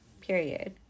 Period